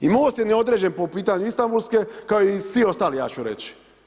I Most je neodređen po pitanju Istanbulske kao i svi ostali, ja ću reći.